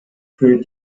für